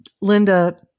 Linda